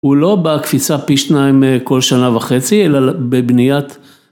הוא לא בקפיצה פי שניים כל שנה וחצי אלא בבניית